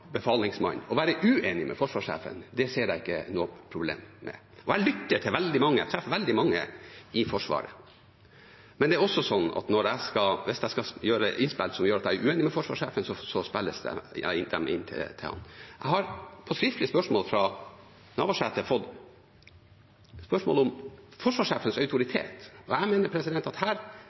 å være uenig med forsvarssjefen, det ser jeg ingen problemer med. Jeg lytter til veldig mange, og jeg treffer veldig mange i Forsvaret. Det er også sånn at hvis jeg skal komme med innspill der jeg er uenig med forsvarssjefen, spiller jeg dem inn til ham. Jeg har i skriftlig spørsmål fra Navarsete fått spørsmål om forsvarssjefens autoritet. Jeg mener at vi her